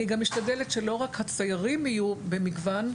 אני גם משתדלת שלא רק הציירים יהיו במגוון,